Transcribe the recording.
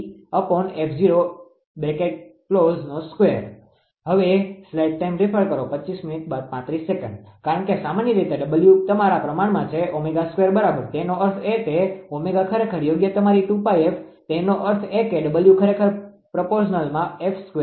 0 0 કારણ કે સામાન્ય રીતે ડબ્લ્યુ તમારાપ્રમાણમાં છે બરાબર તેનો અર્થ તે ω ખરેખર યોગ્ય તમારી 2𝜋𝑓 તેનો અર્થ એ કે ડબ્લ્યુ ખરેખર પ્રપોર્સ્નલમાં છે